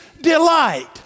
delight